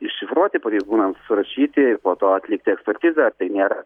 iššifruoti pareigūnams surašyti po to atlikti ekspertizę ar tai nėra